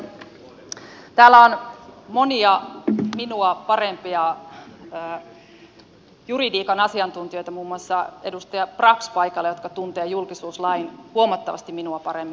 täällä on paikalla monia minua parempia juridiikan asiantuntijoita muun muassa edustaja brax jotka tuntevat julkisuuslain huomattavasti minua paremmin